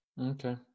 Okay